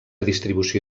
distribució